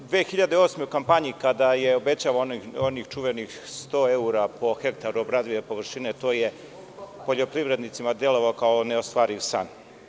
Godine 2008. u kampanji kada je obećano onih čuvenih 100 evra po hektaru obradive površine, to je poljoprivrednicima delovalo kao neostvariv san.